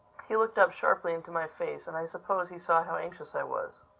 he looked up sharply into my face and i suppose he saw how anxious i was.